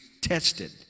tested